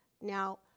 Now